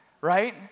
right